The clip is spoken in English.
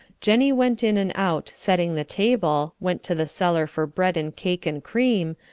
jennie went in and out setting the table, went to the cellar for bread and cake and cream,